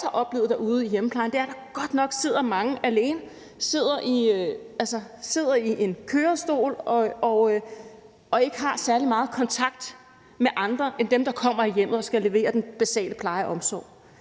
har oplevet derude i hjemmeplejen, er, at der godt nok sidder mange alene, altså f.eks. sidder i en kørestol og ikke har særlig meget kontakt med andre end dem, der kommer i hjemmet og skal levere den basale pleje og omsorg.